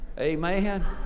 amen